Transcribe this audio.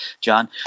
John